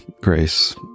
grace